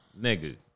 nigga